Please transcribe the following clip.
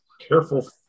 Careful